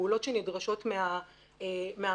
והפעולות שנדרשות מהמפעיל.